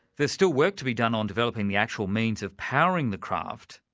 there's still work to be done on developing the actual means of powering the craft.